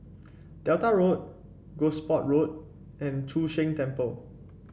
Delta Road Gosport Road and Chu Sheng Temple